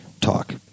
talk